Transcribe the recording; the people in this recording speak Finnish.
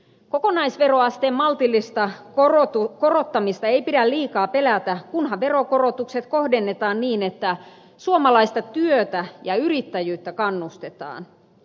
kokonaisveroasteen maltillista korottamista ei pidä liikaa pelätä kunhan verokorotukset kohdennetaan niin että suomalaista työtä ja yrittäjyyttä kannustetaan